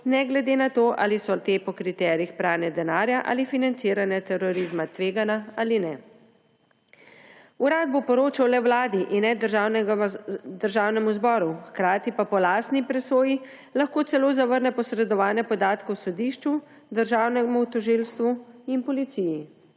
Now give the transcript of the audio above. ne glede na to, ali so te po kriterijih pranja denarja ali financiranja terorizma tvegana ali ne. Urad bo poročal le Vladi in Državnemu zboru, hkrati pa po lastni presoji lahko celo zavrne posredovanje podatkov sodišču, državnemu tožilstvu in policiji.